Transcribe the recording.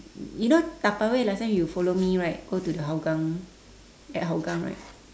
you know tupperware last time you follow me right go to the hougang at hougang right